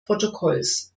protokolls